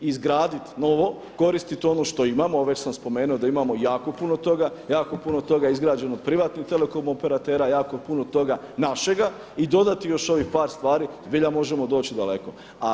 Izgraditi novo, koristiti ono što imamo, a već sam spomenuo da imamo jako puno toga, jako puno toga izgrađeno od privatnih telekom operatera, jako puno toga našega i dodati još ovih par stvari zbilja možemo doći daleko.